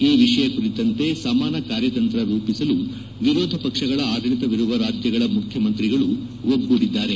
ಈ ವಿಷಯ ಕುರಿತಂತೆ ಸಮಾನ ಕಾರ್ಯತಂತ್ರ ರೂಪಿಸಲು ವಿರೋಧ ಪಕ್ಷಗಳ ಆಡಳಿತವಿರುವ ರಾಜ್ಯಗಳ ಮುಖ್ಯಮಂತ್ರಿಗಳು ಒಗ್ಗೂಡಿದ್ದಾರೆ